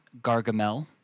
Gargamel